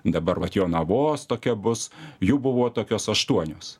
dabar vat jonavos tokia bus jų buvo tokios aštuonios